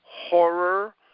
horror